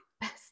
Best